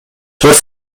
төрт